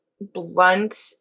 blunt